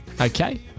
Okay